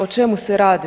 O čemu se radi?